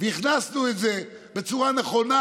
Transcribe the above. והכנסנו את זה בצורה נכונה,